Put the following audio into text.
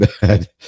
bad